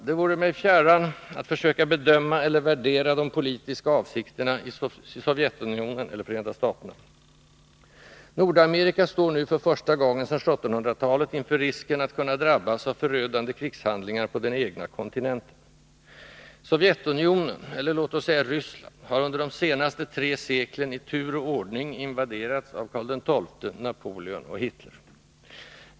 Det vore mig fjärran att försöka bedöma eller värdera de politiska avsikterna i Sovjetunionen eller Förenta staterna. Nordamerika står nu för första gången sedan 1700-talet inför risken att kunna drabbas av förödande krigshandlingar på den egna kontinenten. Sovjetunionen, eller låt oss säga Ryssland, har under de senaste tre seklen i tur och ordning invaderats av Karl XII, Napoleon och Hitler.